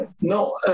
No